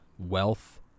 wealth